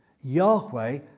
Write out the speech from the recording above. Yahweh